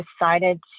decided